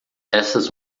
estas